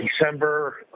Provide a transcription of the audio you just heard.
December